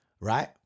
right